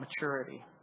maturity